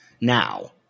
Now